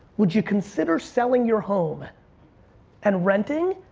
would you consider selling your home and renting?